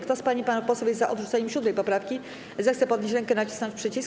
Kto z pań i panów posłów jest za odrzuceniem 7. poprawki, zechce podnieść rękę i nacisnąć przycisk.